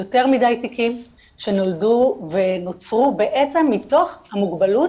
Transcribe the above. יותר מדי תיקים שנולדו ונוצרו בעצם מתוך המוגבלות